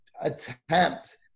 attempt